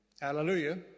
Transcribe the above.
Hallelujah